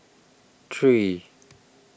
three